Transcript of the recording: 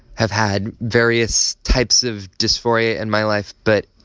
have had various types of dysphoria in my life but